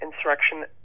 insurrection